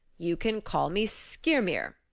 you can call me skyrmir.